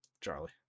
Charlie